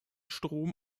strom